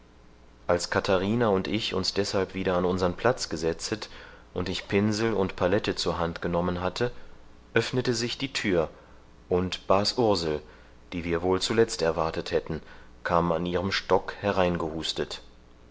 als katharina und ich uns deshalb wieder an unsern platz gesetzet und ich pinsel und palette zur hand genommen hatte öffnete sich die thür und bas ursel die wir wohl zuletzt erwartet hätten kam an ihrem stock